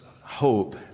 hope